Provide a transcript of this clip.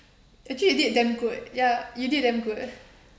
actually you did damn good ya you did damn good